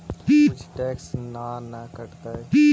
कुछ टैक्स ना न कटतइ?